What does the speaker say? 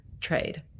trade